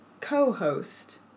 co-host